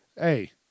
hey